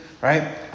right